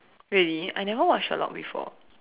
really I never watch Sherlock before